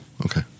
Okay